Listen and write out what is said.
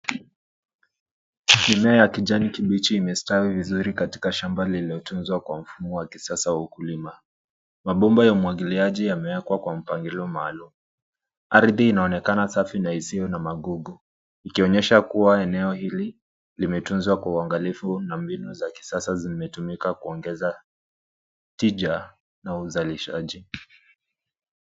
Mimea ya kijani kibichi imestawi vizuri katika shamba lililotunzwa kwa mfumo wa kisasa wa ukulima. Mabomba ya umwagiliaji yamewekwa kwa mpangilio maalum. Ardhi inaonekana safi na isiyo na magugu. Ikionyesha kua eneo hili limetunzwa kwa uangalifu na mbinu za kisasa zimetumika kuongeza tija na uzalishaji.